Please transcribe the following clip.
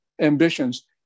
ambitions